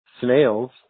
snails